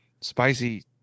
spicy